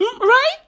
Right